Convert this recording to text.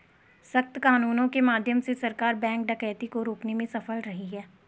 सख्त कानूनों के माध्यम से सरकार बैंक डकैती को रोकने में सफल रही है